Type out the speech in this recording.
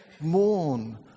Mourn